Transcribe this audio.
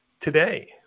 Today